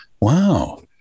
Wow